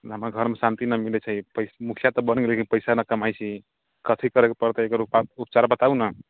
हमरा घरमे शान्ति नहि मिलै छै मुखिया तऽ बनि गेली लेकिन पइसा नहि कमाइ छिही कथी करैके पड़तै एकर उपाय उपचार बताउ ने